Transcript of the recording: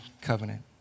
covenant